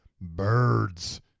birds